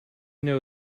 know